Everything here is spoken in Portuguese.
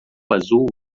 azul